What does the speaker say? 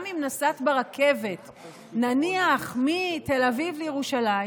גם אם נסעת ברכבת נניח מתל אביב לירושלים,